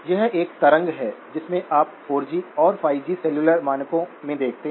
यह एक तरंग है जिसे आप 4 जी और 5 जी सेलुलर मानकों में देखते हैं